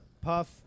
Puff